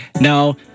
Now